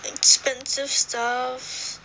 expensive stuff